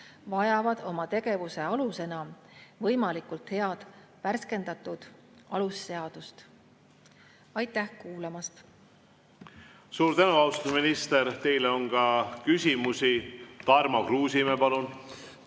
ootused, oma tegevuse alusena võimalikult head värskendatud alusseadust. Aitäh kuulamast! Suur tänu, austatud minister! Teile on ka küsimusi. Tarmo Kruusimäe, palun!